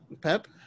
Pep